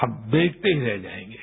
आप देखते ही रह जायेंगें